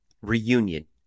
reunion